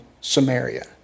Samaria